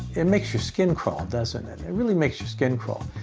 it makes your skin crawl, doesn't it? it really makes your skin crawl.